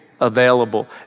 available